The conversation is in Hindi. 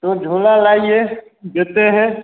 तो झोला लाइए देते हैं